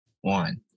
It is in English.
one